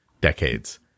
decades